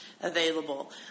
available